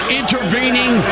intervening